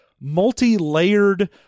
multi-layered